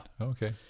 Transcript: Okay